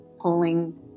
Polling